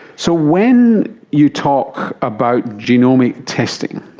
so when you talk about genomic testing,